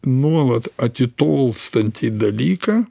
nuolat atitolstantį dalyką